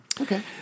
Okay